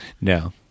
no